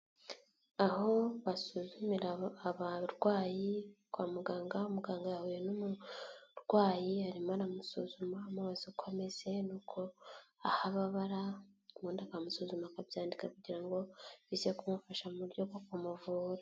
Aho basuzumira abarwayi kwa muganga, muganga yahuye n'umurwayi, arimo aramusuzuma, amubaza uko ameze, n'uko aho abara ubundi akamusuzuma akabyandika kugira ngo bize kumufasha mu buryo bwo kumuvura.